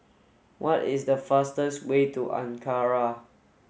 what is the fastest way to Ankara